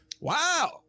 Wow